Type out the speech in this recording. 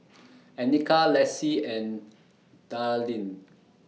Annika Lessie and Darlyne